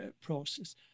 process